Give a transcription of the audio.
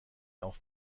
auf